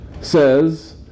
says